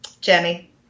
Jenny